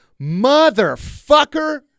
motherfucker